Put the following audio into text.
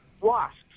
Wasps